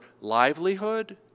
livelihood